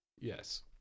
Yes